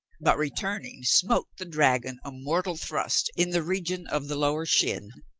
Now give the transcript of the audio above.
but re turning smote the dragon a mortal thrust in the region of the lower shin,